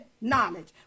knowledge